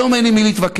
היום אין עם מי להתווכח.